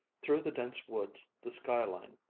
through the dense woods the sky-line,